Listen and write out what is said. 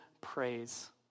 praise